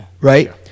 right